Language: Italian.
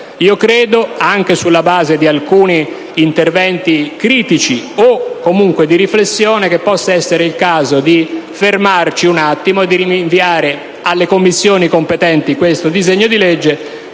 Anche sulla base di alcuni interventi critici o comunque di riflessione, io credo che possa essere il caso di fermarci un attimo e rinviare alle Commissioni competenti questo disegno di legge